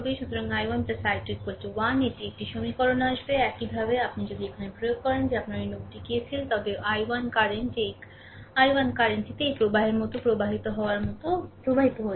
সুতরাং I1 I2 1 এটি একটি সমীকরণ আসবে একইভাবে আপনি যদি এখানে প্রয়োগ করেন যে আপনার এই নোডটি KCL তবে I1 কারেন্ট এই I1 কারেন্টটি এই প্রবাহের মতো প্রবাহিত হওয়ার মতো প্রবাহিত হচ্ছে